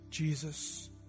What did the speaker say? Jesus